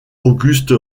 auguste